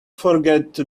forget